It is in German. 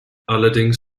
allerdings